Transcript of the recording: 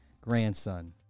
grandson